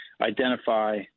identify